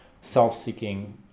self-seeking